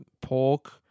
pork